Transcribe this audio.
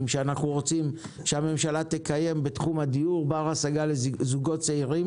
שאנו רוצים שהממשלה תקיים בתחום הדיור בר השגה לזוגות צעירים.